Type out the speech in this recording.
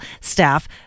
staff